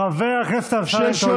חבר הכנסת אמסלם, תודה.